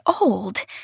old